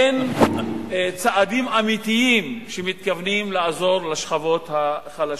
אין צעדים אמיתיים שמתכוונים לעזור לשכבות החלשות.